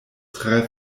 tre